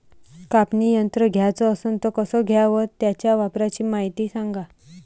कापनी यंत्र घ्याचं असन त कस घ्याव? त्याच्या वापराची मायती सांगा